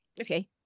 Okay